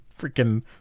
freaking